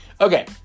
okay